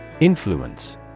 Influence